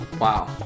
Wow